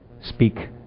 speak